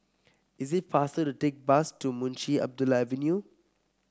is it faster to take bus to Munshi Abdullah Avenue